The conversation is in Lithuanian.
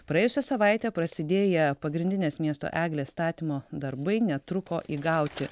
praėjusią savaitę prasidėję pagrindinės miesto eglės statymo darbai netruko įgauti